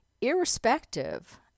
irrespective